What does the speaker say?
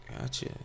Gotcha